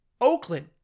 Oakland